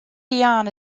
dion